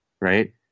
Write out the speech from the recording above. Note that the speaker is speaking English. right